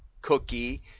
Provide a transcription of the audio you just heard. cookie